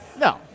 No